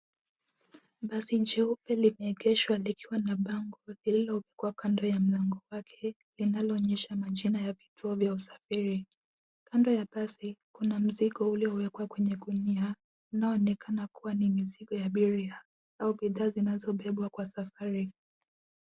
Basi jeupe limeegeshwa likiwa na bango lililowekwa kando ya mlango wake linaloonyesha majina ya vituo vya usafiri. Kando ya basi, kuna mzigo uliowekwa kwenye gunia unaoonekana kuwa ni mzigo wa abiria au bidhaa zinazobebwa kwa safari.